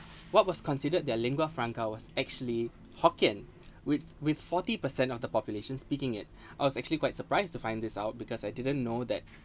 what was considered their lingua franca was actually hokkien with with forty percent of the population speaking it I was actually quite surprised to find this out because I didn't know that